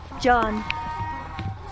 John